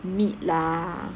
meat lah